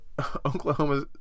Oklahoma